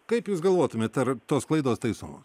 kaip jūs galvotumėte ar tos klaidos taisomos